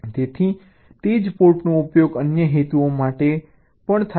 તેથી તે જ પોર્ટનો ઉપયોગ અન્ય હેતુઓ માટે પણ થાય છે